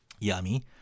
Yummy